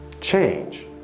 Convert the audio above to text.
Change